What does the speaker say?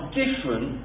different